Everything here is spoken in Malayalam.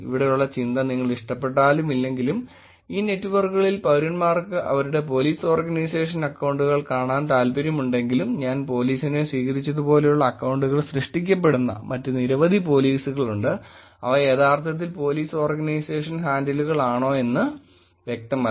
ഇവിടെയുള്ള ചിന്ത നിങ്ങൾ ഇഷ്ടപ്പെട്ടാലും ഇല്ലെങ്കിലും ഈ നെറ്റ്വർക്കുകളിൽ പൌരന്മാർക്ക് അവരുടെ പോലീസ് ഓർഗനൈസേഷൻ അക്കൌണ്ടുകൾ കാണാൻ താൽപ്പര്യമുണ്ടെങ്കിലും ഞാൻ പോലീസിനെ സ്വീകരിച്ചതുപോലെയുള്ള അക്കൌണ്ടുകൾ സൃഷ്ടിക്കപ്പെടുന്ന മറ്റ് നിരവധി പോലീസുകളുണ്ട് ഇവ യഥാർത്ഥത്തിൽ പോലീസ് ഓർഗനൈസേഷൻ ഹാൻഡിലുകൾ ആണോ എന്ന് വ്യക്തമല്ല